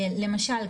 למשל,